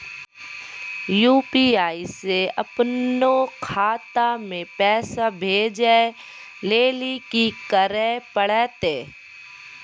UPI से अपनो खाता मे पैसा भेजै लेली कि करै पड़तै?